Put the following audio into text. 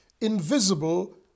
invisible